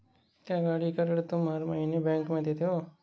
क्या, गाड़ी का ऋण तुम हर महीने बैंक में देते हो?